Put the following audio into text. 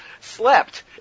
slept